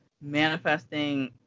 manifesting